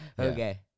Okay